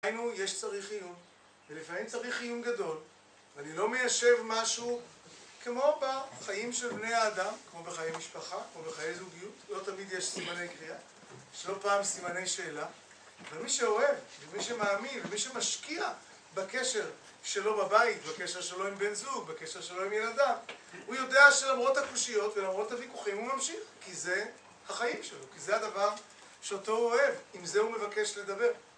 לצערנו, יש צריך איום ולפעמים צריך איום גדול ואני לא מישב משהו כמו בחיים של בני האדם כמו בחיי משפחה, כמו בחיי זוגיות לא תמיד יש סימני קריאה יש לא פעם סימני שאלה אבל מי שאוהב, מי שמאמין ומי שמשקיע בקשר שלו בבית, בקשר שלא עם בן זוג בקשר שלו עם ילדיו, הוא יודע שלמרות הקושיות ולמרות הויכוחים הוא ממשיך. כי זה החיים שלו, כי זה הדבר... שאותו הוא אוהב עם זה הוא מבקש לדבר